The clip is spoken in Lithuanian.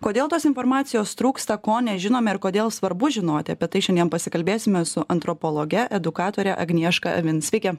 kodėl tos informacijos trūksta ko nežinome ir kodėl svarbu žinoti apie tai šiandien pasikalbėsime su antropologe edukatore agnieška avin sveiki